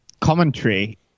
commentary